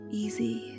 easy